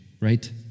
right